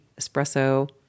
espresso